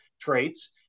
traits